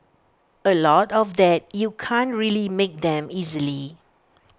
A lot of that you can't really make them easily